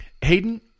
Hayden